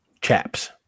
chaps